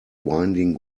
winding